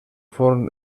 forn